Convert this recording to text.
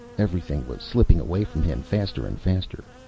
everything was slipping away from him, faster and faster.